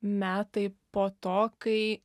metai po to kai